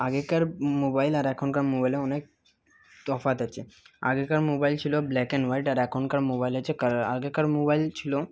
আগেকার মোবাইল আর এখনকার মোবাইলে অনেক তফাত আছে আগেকার মোবাইল ছিল ব্ল্যাক অ্যান্ড হোয়াইট আর এখনকার মোবাইল হচ্ছে কালার আগেকার মোবাইল ছিল